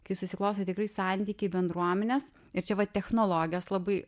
kai susiklosto tikrai santykiai bendruomenės ir čia va technologijos labai